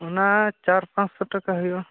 ᱚᱱᱟ ᱪᱟᱨ ᱯᱟᱸᱪᱥᱚ ᱴᱟᱠᱟ ᱦᱩᱭᱩᱜᱼᱟ